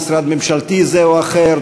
משרד ממשלתי זה או אחר,